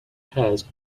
has